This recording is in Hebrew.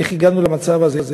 איך הגענו למצב הזה,